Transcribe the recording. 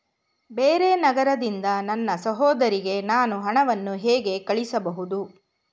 ಬೇರೆ ನಗರದಿಂದ ನನ್ನ ಸಹೋದರಿಗೆ ನಾನು ಹಣವನ್ನು ಹೇಗೆ ಕಳುಹಿಸಬಹುದು?